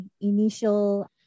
initial